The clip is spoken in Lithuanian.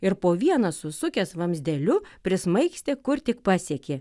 ir po vieną susukęs vamzdeliu prismaigstė kur tik pasiekė